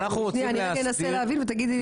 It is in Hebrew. רגע שנייה, אני רק אנסה להבין ותגיד לי.